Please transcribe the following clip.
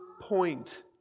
point